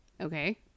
Okay